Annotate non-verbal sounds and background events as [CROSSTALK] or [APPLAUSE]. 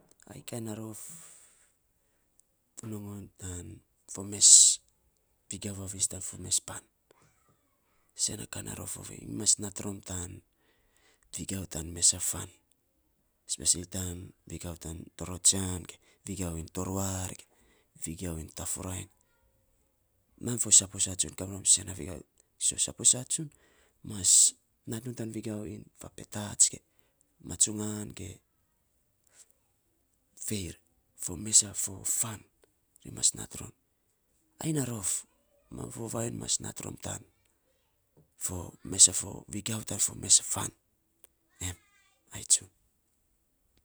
Painy kainy a rof [NOISE] nyo te nongon [NOISE] vavis tan fo mes pan [NOISE] sen na ka na rof ovei nyi mas nat rom tan vigiau tan mes a fan especially tan vigiau tan torotsian ge vigiau iny toruar ge vigiau iny tafurainy. Mam fo saposa tsun kamirom seu a vigiau. So saposa tsun mas nat iny vigiau fa petsat ge matsungan ge veir fo mes a fo fan. Ri mas nat ror. Ai na rof mam fo vainy mas nat rom tan fo mes a fo vigiau tan fo mes a fan. Ai tsun.